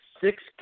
six